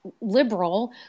liberal